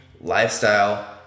lifestyle